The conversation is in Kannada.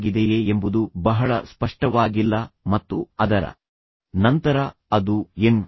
ಆಗಿದೆಯೇ ಎಂಬುದು ಬಹಳ ಸ್ಪಷ್ಟವಾಗಿಲ್ಲ ಮತ್ತು ಅದರ ನಂತರ ಅದು ಎಂ